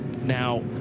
now